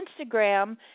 Instagram